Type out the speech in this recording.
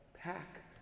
pack